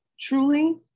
Truly